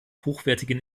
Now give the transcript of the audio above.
hochwertigen